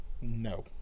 No